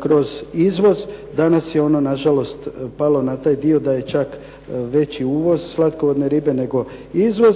kroz izvoz. Danas je ono na žalost palo na taj dio da je čak veći uvoz slatkovodne ribe nego izvoz,